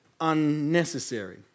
unnecessary